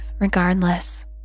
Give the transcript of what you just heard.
regardless